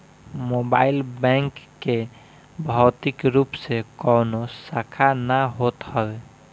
mobile bank के भौतिक रूप से कवनो शाखा ना होत हवे